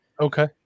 okay